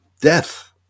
death